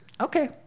okay